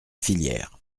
filière